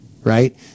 right